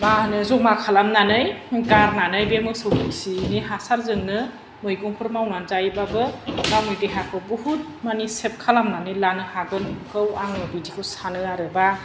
मा होनो जमा खालामनानै गारनानै बे मोसौ खिनि हासारजोंनो मैगंफोर मावनानै जायोबाबो गावनि देहाखौ बुहुथ मानि सेब खालामनानै लानो हागोनखौ आं बिदिखौ सानो आरो बा